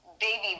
baby